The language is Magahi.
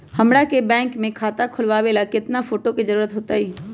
हमरा के बैंक में खाता खोलबाबे ला केतना फोटो के जरूरत होतई?